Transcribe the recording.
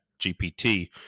GPT